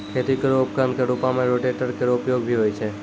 खेती केरो उपकरण क रूपों में रोटेटर केरो उपयोग भी होय छै